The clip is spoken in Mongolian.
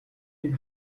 нэг